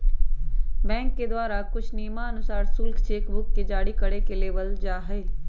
bank के द्वारा कुछ नियमानुसार शुल्क चेक बुक के जारी करे पर लेबल जा हई